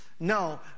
No